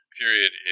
period